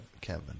Kevin